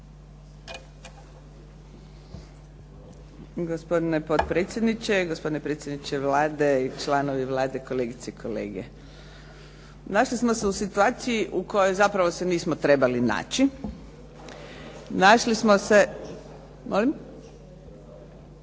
Gospodine potpredsjedniče, gospodine predsjedniče Vlade i članovi Vlade, kolegice i kolege. Našli smo se u situaciji u kojoj zapravo se nismo trebali naći. Našli smo se.